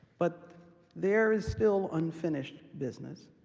but there is still unfinished business.